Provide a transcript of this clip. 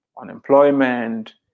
unemployment